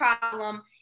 problem